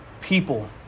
people